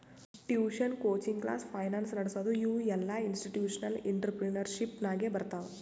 tuition, coaching class, finance ನಡಸದು ಇವು ಎಲ್ಲಾಇನ್ಸ್ಟಿಟ್ಯೂಷನಲ್ ಇಂಟ್ರಪ್ರಿನರ್ಶಿಪ್ ನಾಗೆ ಬರ್ತಾವ್